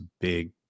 big